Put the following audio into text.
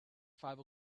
five